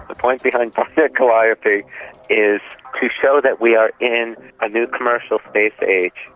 ah point behind project calliope is to show that we are in a new commercial space age.